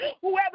whoever